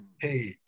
Hey